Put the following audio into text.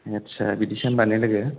आथसा बिदिसो होनब्ला ने लोगो